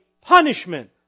punishment